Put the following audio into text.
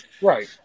Right